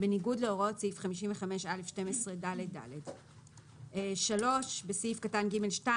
"בניגוד להוראות סעיף 55א12ד(ד).";" (3)בסעיף קטן (ג2)